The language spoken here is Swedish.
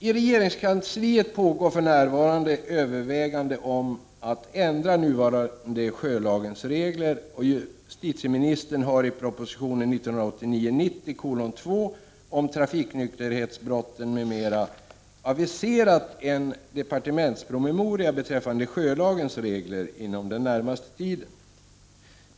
I regeringskansliet pågår för närvarande överväganden om att ändra den nuvarande sjölagens regler, och justitieministern har i proposition 1989/90:2 om trafiknykterhetsbrott m.m. aviserat en departementspromemoria beträffande sjölagens regler inom den närmaste tiden.